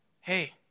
Hey